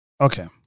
Okay